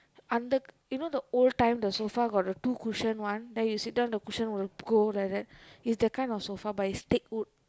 அந்த:andtha you know the old time the sofa got the two cushion one then you sit down the cushion will go like that is that kind of sofa but is teakwood